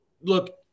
look